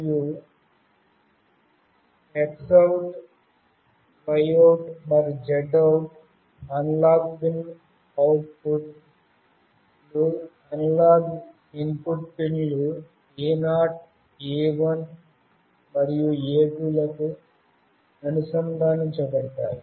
మరియు X OUT Y OUT మరియు Z OUT analog pin output లు అనలాగ్ ఇన్పుట్ పిన్లు A0 A1 మరియు A2 లకు అనుసంధానించబడతాయి